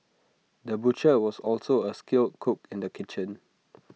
the butcher was also A skilled cook in the kitchen